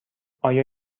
آیا